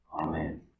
Amen